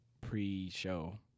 pre-show